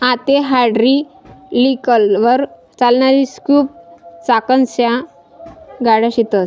आते हायड्रालिकलवर चालणारी स्कूप चाकसन्या गाड्या शेतस